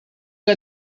que